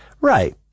Right